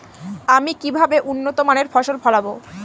আমি কিভাবে উন্নত মানের ফসল ফলাবো?